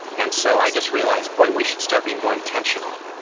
and so i just realized, boy, we should start being more intentional.